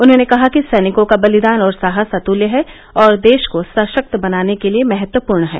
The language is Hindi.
उन्होंने कहा कि सैनिकों का बलिदान और साहस अतल्य है और देश को सशक्त बनाने के लिए महत्वपूर्ण है